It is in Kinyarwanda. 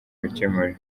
gukemura